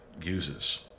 uses